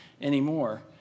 anymore